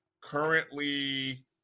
currently –